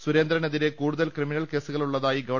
സുരേന്ദ്രനെതിരെ കൂടുതൽ criminal കേസുകൾ ഉള്ളതായി ഗവ